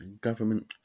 Government